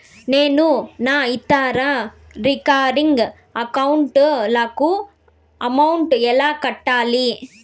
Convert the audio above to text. నేను నా ఇతర రికరింగ్ అకౌంట్ లకు అమౌంట్ ఎలా కట్టాలి?